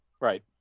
Right